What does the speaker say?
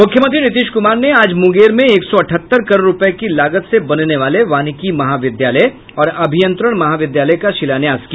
मुख्यमंत्री नीतीश कुमार ने आज मुंगेर में एक सौ अठहत्तर करोड़ रूपये की लागत से बनने वाले वानिकी महाविद्यालय और अभियंत्रण महाविद्यालय का शिलान्यास किया